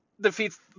defeats